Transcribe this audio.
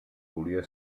volia